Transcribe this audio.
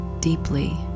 deeply